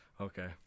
Okay